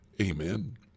Amen